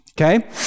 okay